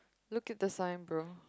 look at the sign bro